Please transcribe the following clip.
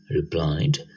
replied